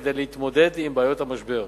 כדי להתמודד עם בעיות המשבר.